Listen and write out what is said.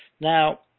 Now